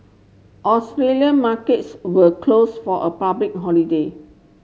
Australian markets were closed for a public holiday